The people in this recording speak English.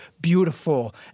beautiful